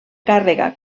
càrrega